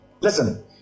Listen